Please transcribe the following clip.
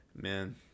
man